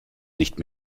nicht